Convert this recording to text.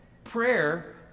Prayer